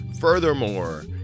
Furthermore